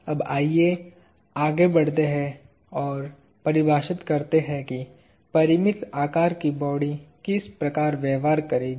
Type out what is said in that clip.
अब आइए आगे बढ़ते हैं और परिभाषित करते हैं कि परिमित आकार की बॉडी किस प्रकार व्यवहार करेगी